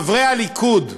חברי הליכוד,